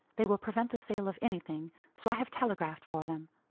they will prevent the sale of anything, so i have telegraphed for them.